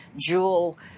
jewel